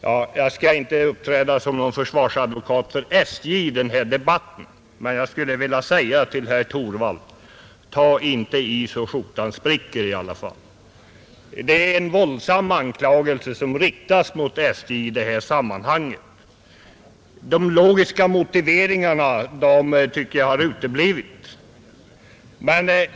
Ja, jag skall inte uppträda som någon försvarsadvokat för SJ i den här debatten, men jag skulle vilja säga till herr Torwald: Ta inte i så skjortan spricker! Det är en våldsam anklagelse han riktar mot SJ i detta sammanhang, men de logiska motiveringarna har uteblivit.